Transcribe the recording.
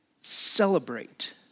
Celebrate